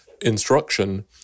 instruction